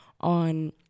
on